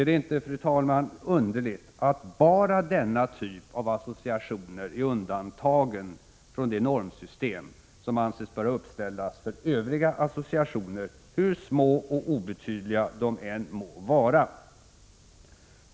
Är det inte underligt att bara denna typ av associationer är undantagen från det normsystem som ansetts böra uppställas för övriga associationer, hur små och obetydliga de än må vara?